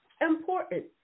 important